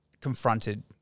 confronted